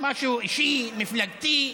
משהו אישי, מפלגתי.